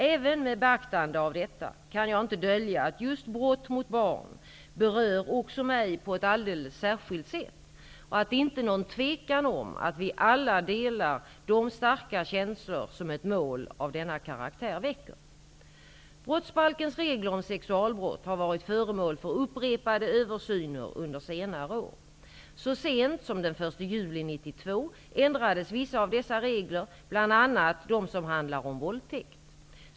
Även med beaktande av detta kan jag inte dölja att just brott mot barn berör också mig på ett alldeles särskilt sätt och att det inte är någon tvekan om att vi alla delar de starka känslor som ett mål av denna karaktär väcker. Brottsbalkens regler om sexualbrott har varit föremål för upprepade översyner under senare år. Så sent som den 1 juli 1992 ändrades vissa av dessa regler, bl.a. de som handlar om våldtäkt.